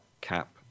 Cap